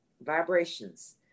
vibrations